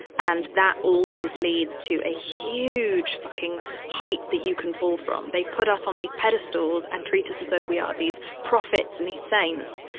and that always leads to a huge fucking height that you can fall from. they put us on these pedestals and treat us as though we are these prophets and these saints,